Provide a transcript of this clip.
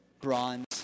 bronze